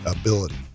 ability